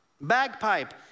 bagpipe